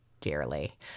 dearly